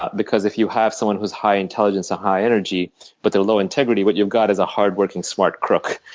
ah because if you have someone who is high intelligence and high energy but they're low integrity, what you've got is a hard working, smart crook.